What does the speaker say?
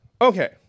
Okay